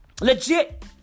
Legit